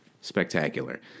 spectacular